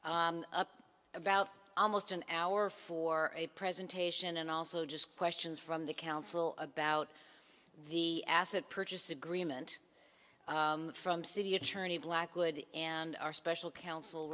have up about almost an hour for a presentation and also just questions from the council about the asset purchase agreement from city attorney blackwood and our special coun